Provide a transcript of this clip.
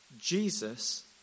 Jesus